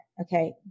Okay